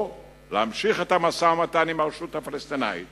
או להמשיך את המשא-ומתן עם הרשות הפלסטינית